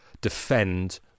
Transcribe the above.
defend